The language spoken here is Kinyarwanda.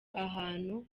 ahantu